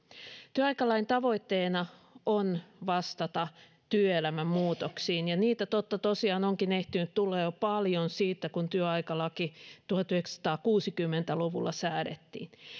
työaikalain tavoitteena on vastata työelämän muutoksiin ja niitä totta tosiaan onkin ehtinyt tulla jo paljon siitä kun työaikalaki tuhatyhdeksänsataakuusikymmentä luvulla säädettiin